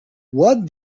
what